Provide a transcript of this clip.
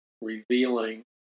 revealing